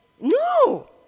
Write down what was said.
No